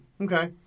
Okay